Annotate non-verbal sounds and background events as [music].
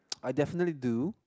[noise] I definitely do